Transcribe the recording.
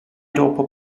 dopo